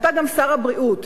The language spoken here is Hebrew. אתה גם שר הבריאות,